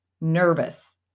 nervous